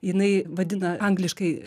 jinai vadina angliškai